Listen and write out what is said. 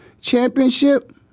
championship